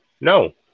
No